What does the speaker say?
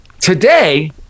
Today